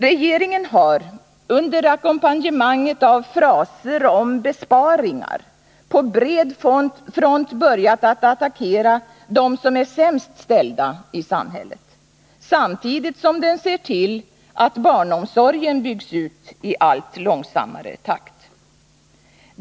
Regeringen har — under ackompanjemanget av fraser om besparingar — på bred front börjat att attackera dem som är sämst ställda i samhället — samtidigt som den ser till att barnomsorgen byggs ut i allt långsammare takt.